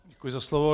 Děkuji za slovo.